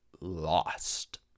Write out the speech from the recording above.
lost